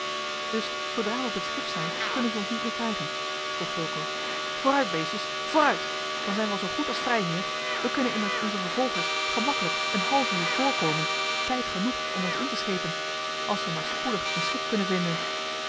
dus zoodra we op het schip zijn kunnen ze ons niet meer krijgen vroeg fulco vooruit beestjes vooruit dan zijn we al zoo goed als vrij heer we kunnen immers onze vervolgers gemakkelijk een half uur vrkomen tijd genoeg om ons in te schepen als we maar spoedig een schip kunnen vinden